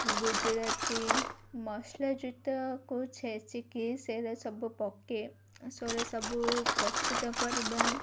ଗୁଜୁରାତି ମସଲା ଯୁକ୍ତ ଛେଚିକି ସେରା ସବୁ ପକେଇ ସେରା ସବୁ ପ୍ରସ୍ତୁତ କରିବା